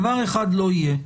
דבר אחד לא יהיה.